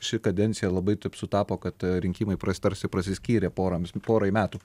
ši kadencija labai taip sutapo kad rinkimai prasi tarsi prasiskyrė poroms porai metų